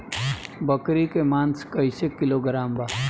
बकरी के मांस कईसे किलोग्राम बा?